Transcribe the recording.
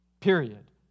period